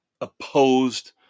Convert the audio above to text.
opposed